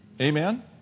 Amen